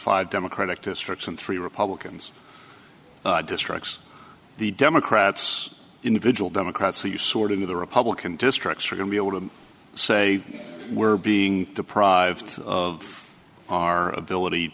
five democratic districts and three republicans districts the democrats individual democrats so you sort of the republican districts are going to be able to say we're being deprived of our ability